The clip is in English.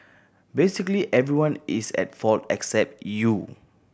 basically everyone is at fault except you